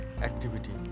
activity